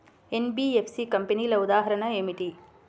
NBFC కంపెనీల ఉదాహరణ ఏమిటి?